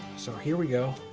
so here we go,